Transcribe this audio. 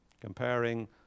Comparing